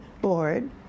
board